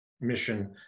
mission